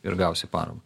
ir gausi paramą